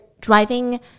driving